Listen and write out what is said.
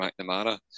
McNamara